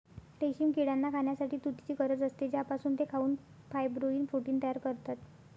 रेशीम किड्यांना खाण्यासाठी तुतीची गरज असते, ज्यापासून ते खाऊन फायब्रोइन प्रोटीन तयार करतात